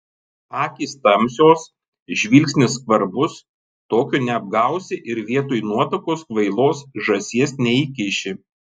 akys tamsios žvilgsnis skvarbus tokio neapgausi ir vietoj nuotakos kvailos žąsies neįkiši